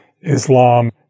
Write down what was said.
Islam